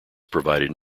provided